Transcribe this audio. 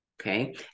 okay